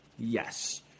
Yes